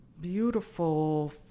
beautiful